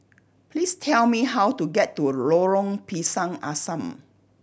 please tell me how to get to Lorong Pisang Asam